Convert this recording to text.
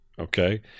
okay